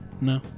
no